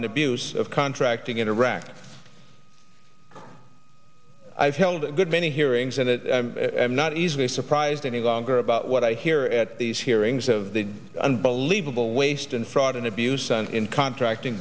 and abuse of contracting in iraq i've held good many hearings and i'm not easily surprised any longer about what i hear at these hearings of the unbelievable waste and fraud and abuse and in contracting